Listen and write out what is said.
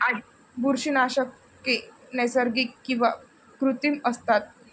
बुरशीनाशके नैसर्गिक किंवा कृत्रिम असतात